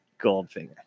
goldfinger